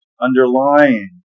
underlying